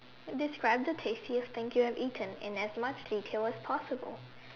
describe the tasty you think you have eaten in as much detail as possible